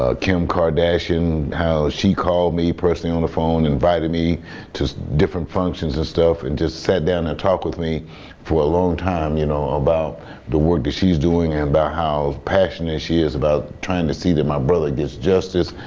ah kim kardashian how she called me personally on the phone invited me to just different functions and stuff and just sat down and talked with me for a long time, you know about the work that she's doing and about how passionate she is about trying to see that my brother gets justice.